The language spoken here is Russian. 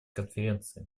конференции